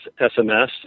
SMS